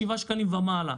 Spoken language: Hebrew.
שבעה שקלים ומעלה.